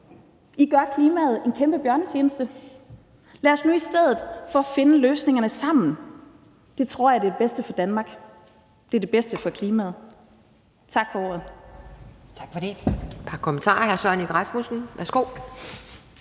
I gør klimaet en kæmpe bjørnetjeneste, så lad os nu i stedet for finde løsningerne sammen. Det tror jeg er det bedste for Danmark, og det er det bedste for klimaet. Tak for ordet.